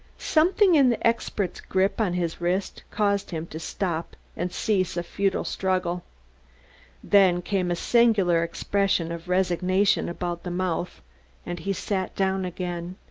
something in the expert's grip on his wrist caused him to stop and cease a futile struggle then came a singular expression of resignation about the mouth and he sat down again.